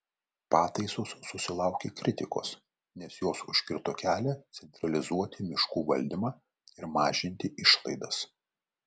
pataisos susilaukė kritikos nes jos užkirto kelią centralizuoti miškų valdymą ir mažinti išlaidas